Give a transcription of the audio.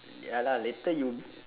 ya lah later you